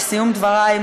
לסיום דברי,